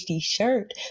shirt